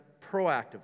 proactively